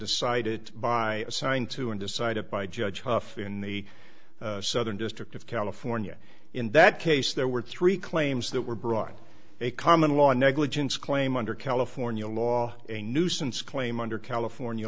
decided by assigned to and decided by judge hough in the southern district of california in that case there were three claims that were brought a common law negligence claim under california law a nuisance claim under california